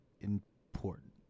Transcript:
important